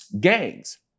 gangs